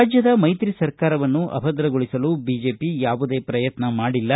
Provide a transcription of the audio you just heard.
ರಾಜ್ವದ ಮೈತ್ರಿ ಸರ್ಕಾರವನ್ನು ಅಭದ್ರಗೊಳಿಸಲು ಬಿಜೆಪಿ ಯಾವುದೇ ಪ್ರಯತ್ನ ಮಾಡಿಲ್ಲ